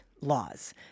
laws